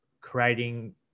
creating